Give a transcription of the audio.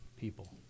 people